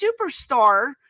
superstar